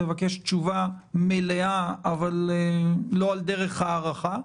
אני מבקש תשובה מלאה, אבל לא על דרך ההארכה,